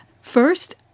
First